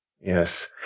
Yes